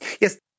Yes